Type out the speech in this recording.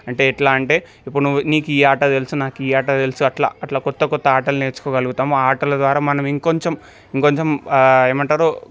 అంటే ఎట్లా అంటే ఇప్పుడు నువ్వు నీకు ఈ ఆట తెలుసు నాకు ఈ ఆట తెలుసు అట్ల అట్ల క్రొత్త క్రొత్త ఆటలు నేర్చుకోగలుగుతాము ఆటల ద్వారా మనం ఇంకొంచెం ఇంకొంచెం ఏమంటారు